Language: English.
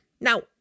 Now